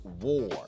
war